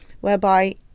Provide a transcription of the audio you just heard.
whereby